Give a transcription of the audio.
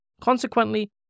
Consequently